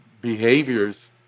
behaviors